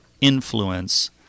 influence